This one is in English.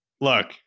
Look